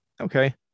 okay